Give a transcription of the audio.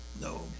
No